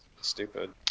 stupid